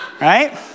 right